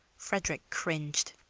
frederick cringed,